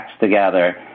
together